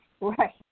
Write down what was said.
Right